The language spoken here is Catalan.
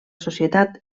societat